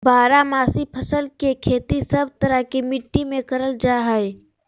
बारहमासी फसल के खेती सब तरह के मिट्टी मे करल जा हय